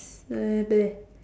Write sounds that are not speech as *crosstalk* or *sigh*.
*noise*